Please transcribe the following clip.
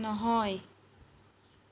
নহয়